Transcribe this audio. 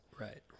Right